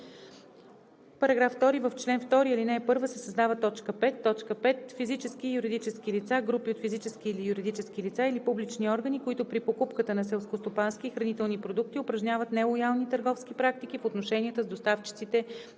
§ 2: „§ 2. В чл. 2, ал. 1 се създава т. 5: „5. физически и юридически лица, групи от физически или юридически лица или публични органи, които при покупката на селскостопански и хранителни продукти упражняват нелоялни търговски практики в отношенията с доставчиците